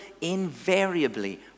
invariably